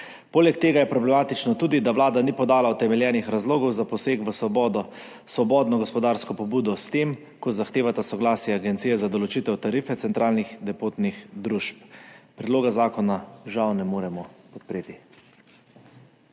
Poleg tega je problematično tudi, da vlada ni podala utemeljenih razlogov za poseg v svobodno gospodarsko pobudo, s tem, ko zahteva soglasje agencije za določitev tarife centralnih depotnih družb. Predloga zakona, žal, ne moremo podpreti.